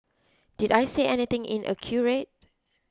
did I say anything inaccurate